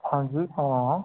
हां जी हां